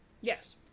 Yes